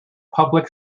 public